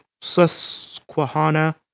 Susquehanna